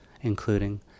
including